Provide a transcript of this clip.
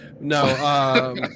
no